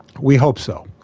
we hope so.